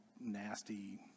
nasty